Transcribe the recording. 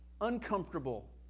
uncomfortable